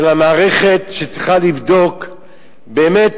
של המערכת שצריכה לבדוק באמת.